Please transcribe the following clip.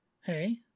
Hey